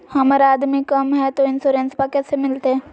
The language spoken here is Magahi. हमर आमदनी कम हय, तो इंसोरेंसबा कैसे मिलते?